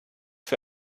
für